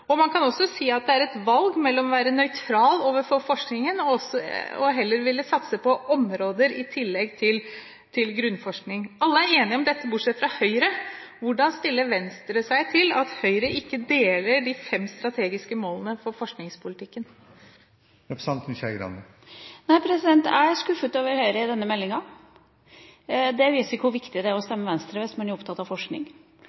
sektoren. Man kan også si at det er et valg mellom å være nøytral overfor forskningen og heller ville satse på områder i tillegg til grunnforskning. Alle er enige om dette, bortsett fra Høyre. Hvordan stiller Venstre seg til at Høyre ikke deler de fem strategiske målene for forskningspolitikken? Jeg er skuffet over Høyre når det gjelder denne meldinga. Det viser hvor viktig det er å